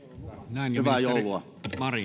hyvää joulua